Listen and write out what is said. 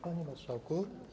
Panie Marszałku!